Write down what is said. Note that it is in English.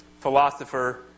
philosopher